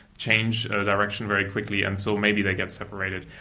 change direction very quickly and so maybe they get separated.